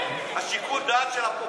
שיקול הדעת של הפוקד,